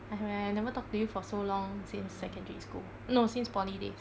I ra~ I never talk to you for so long since secondary school no since poly days